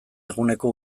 eguneko